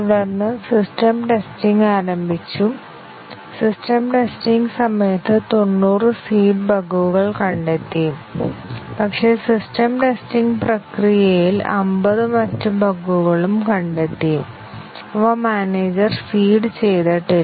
തുടർന്ന് system testing ആരംഭിച്ചു system testing സമയത്ത് 90 സീഡ് ബഗുകൾ കണ്ടെത്തി പക്ഷേ സിസ്റ്റം ടെസ്റ്റിംഗ് പ്രക്രിയയിൽ 50 മറ്റ് ബഗുകളും കണ്ടെത്തി അവ മാനേജർ സീഡ് ചെയ്തിട്ടില്ല